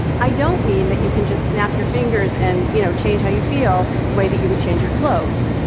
i don't mean that you can just snap your fingers and you know change how you feel the way that you would change your clothes,